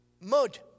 mud